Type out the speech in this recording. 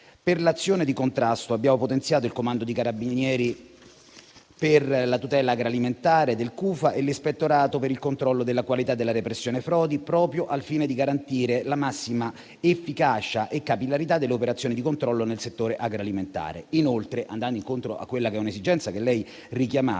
Per l'azione di contrasto abbiamo potenziato il Comando dei carabinieri per la tutela agroalimentare, il CUFA, e l'Ispettorato centrale della tutela della qualità e della repressione frodi dei prodotti agro-alimentari, proprio al fine di garantire la massima efficacia e capillarità delle operazioni di controllo nel settore agroalimentare. Inoltre, andando incontro a un'esigenza che lei ha richiamato,